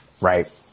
Right